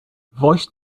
voice